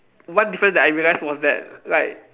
one difference that I realised was that like